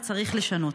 וצריך לשנות.